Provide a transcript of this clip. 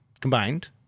combined